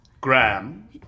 Graham